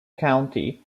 county